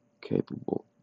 capable